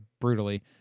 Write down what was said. brutally